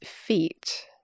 feet